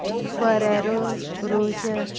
Ferrero Rocher